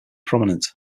prominent